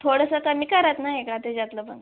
थोडंसं कमी करात ना एका त्याच्यातलं पण